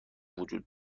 وجود